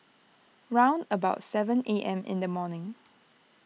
round about seven A M in the morning